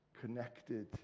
connected